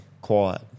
quiet